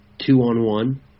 two-on-one